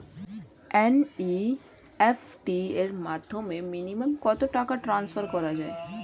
NEFT র মাধ্যমে minimum কত টাকা ট্রান্সফার করা যায়?